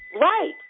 Right